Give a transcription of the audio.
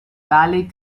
ballet